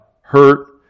hurt